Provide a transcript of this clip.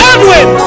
Edwin